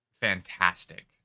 fantastic